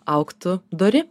augtų dori